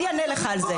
אני אענה לך על זה.